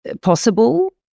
possible